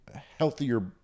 healthier